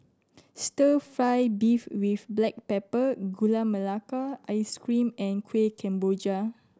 Stir Fry beef with black pepper Gula Melaka Ice Cream and Kuih Kemboja